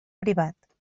privat